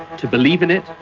to believe in it,